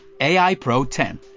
AIPRO10